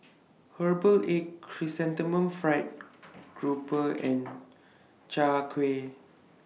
Herbal Egg Chrysanthemum Fried Grouper and Chai Kuih